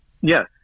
Yes